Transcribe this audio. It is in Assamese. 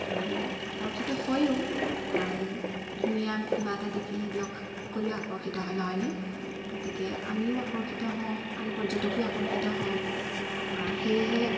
আৰু আকৰ্ষিত হয়ো কাৰণ ধুনীয়া কিবা এটা দেখিলে দিয়ক সকলোৱে আকৰ্ষিত হয় নহয়নে গতিকে আমিও আকৰ্ষিত হওঁ আন পৰ্যটকো আকৰ্ষিত হওক সেয়েহে